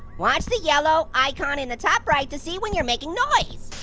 watch the yellow icon in the top right to see when you're making noise.